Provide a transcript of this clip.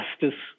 justice